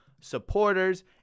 supporters